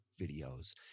videos